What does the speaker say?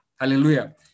Hallelujah